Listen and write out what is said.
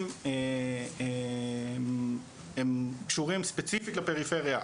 הם קשורים ספציפית לפריפריה,